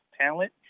talent